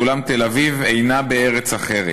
ואולם תל-אביב אינה בארץ אחרת,